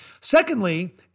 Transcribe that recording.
Secondly